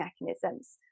mechanisms